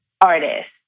artist